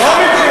הוא וחבריך.